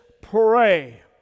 pray